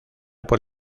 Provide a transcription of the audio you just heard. por